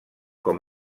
com